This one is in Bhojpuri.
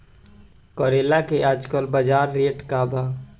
करेला के आजकल बजार रेट का बा?